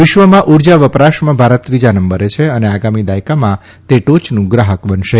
વિશ્વમાં ઉર્જા વપરાશમાં ભારત ત્રીજા નંબરે છે અને આગામી દાયકામાં તે ટોયનું ગ્રાહક બનશે